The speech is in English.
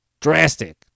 drastic